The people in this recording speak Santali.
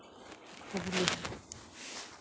ᱦᱩᱜᱽᱞᱤ